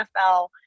NFL